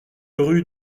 rue